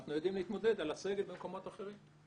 אנחנו יודעים להתמודד על הסגל במקומות אחרים.